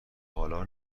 حالا